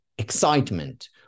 excitement